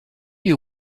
you